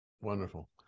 Wonderful